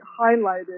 highlighted